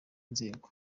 nzego